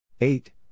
eight